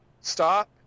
stop